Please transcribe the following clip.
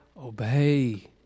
obey